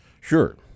sure